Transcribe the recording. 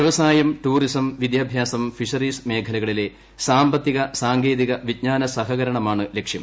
വൃവസായം tourism വിദ്യാഭ്യാസം fisheries മേഖലകളിലെ സാമ്പത്തിക സാങ്കേതിക വിജ്ഞാന സഹകരണമാണ് ലക്ഷ്യം